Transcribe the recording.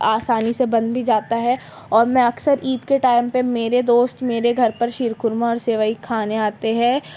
آسانی سے بن بھی جاتا ہے اور میں اکثر عید کے ٹائم پہ میرے دوست میرے گھر پر شیر خرمہ اور سِوئیں کھانے آتے ہیں